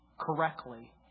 correctly